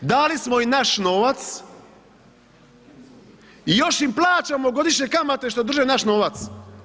Dali smo im naš novac i još im plaćamo godišnje kamate što drže naš novac.